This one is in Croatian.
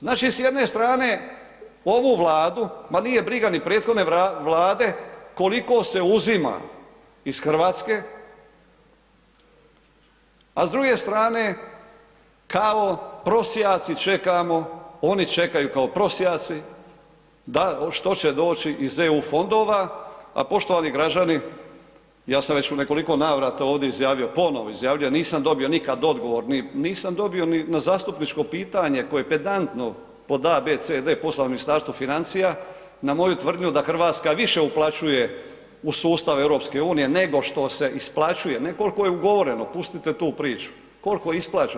Znači s jedne strane ovu Vladu, ma nije briga ni prethodne Vlade koliko se uzima iz Hrvatske a s druge strane kao prosjaci čekamo, oni čekaju kao prosjaci što će doći iz EU fondova a poštovani građani ja sam već u nekoliko navrata ovdje izjavio, ponovno izjavljujem, nisam dobio nikad odgovor, nisam dobio ni na zastupničko pitanje koje pedantno pod a, b, c, d poslano Ministarstvu financija na moju tvrdnju da Hrvatska više uplaćuje u sustav EU nego što se isplaćuje, ne koliko je ugovoreno, pustite tu priču, koliko je isplaćeno.